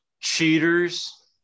cheaters